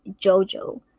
Jojo